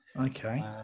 okay